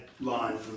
line